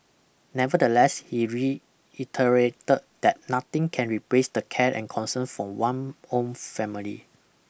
nevertheless he reiterated that nothing can replace the care and concern from one own family